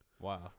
Wow